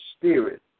spirit